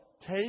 take